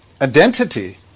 Identity